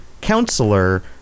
counselor